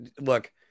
look